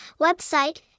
Website